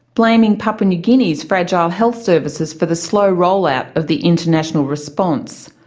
blaming papua new guinea's fragile health services for the slow rollout of the international response.